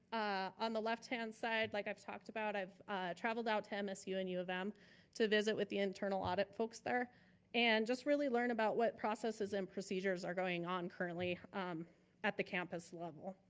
on the left hand side, like i've talked about, i've traveled out to msu and u of m to visit with the internal audit folks there and just really learn about what processes and procedures are going on currently at the campus level.